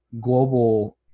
global